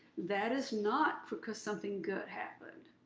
that is not because something good happened.